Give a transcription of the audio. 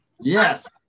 Yes